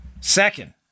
Second